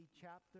chapter